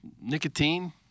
nicotine